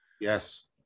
yes